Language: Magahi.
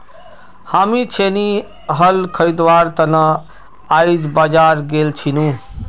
हामी छेनी हल खरीदवार त न आइज बाजार गेल छिनु